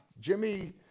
Jimmy